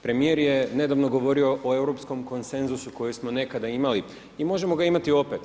Premijer je nedavno govorio o europskom konsenzusu koji smo nekada imali i možemo ga imati opet.